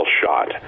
shot